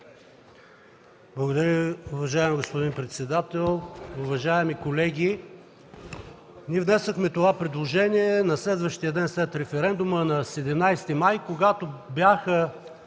Благодаря Ви. Уважаеми господин председател, уважаеми колеги! Ние внесохме това предложение на следващия ден след референдума, на 17 март, когато бяха